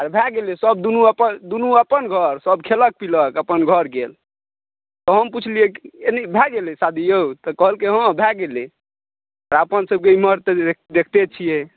आर भऽ गेलै सब दुनु अपन दुनु अपन घर सब खयलक पीलक अपन घर गेल तऽ हम पूछलियै भऽ गेलै शादी यौ तऽ कहलकै हँ भऽ गेलै आर अपन सबकेँ एमहर तऽ देखिते छियै